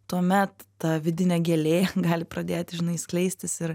tuomet ta vidinė gėlė gali pradėti žinai skleistis ir